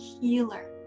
healer